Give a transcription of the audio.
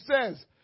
says